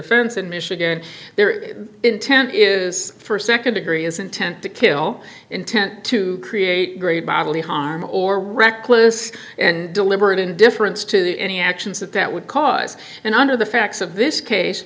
offense in michigan their intent is st nd degree is intent to kill intent to create great bodily harm or reckless and deliberate indifference to any actions that that would cause and under the facts of this case